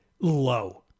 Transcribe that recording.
low